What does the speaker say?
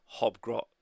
Hobgrot